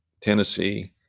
Tennessee